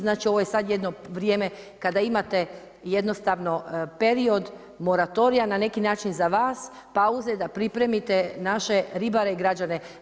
Znači ovo je sad jedno vrijeme kada imate jednostavno period moratorija na neki način za vas pauze da pripremite naše ribare i građane.